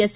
S